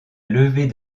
levée